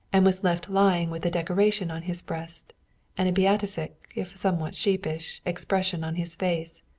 and was left lying with a decoration on his breast and a beatific, if somewhat sheepish, expression on his face.